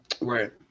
Right